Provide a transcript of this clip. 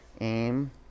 aim